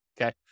okay